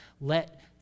Let